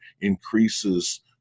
increases